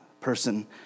person